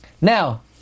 Now